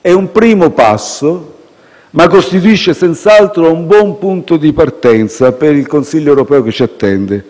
È un primo passo, ma costituisce senz'altro un buon punto di partenza per il Consiglio europeo che ci attende.